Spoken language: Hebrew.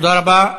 תודה רבה.